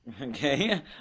Okay